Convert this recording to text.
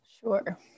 Sure